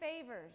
favors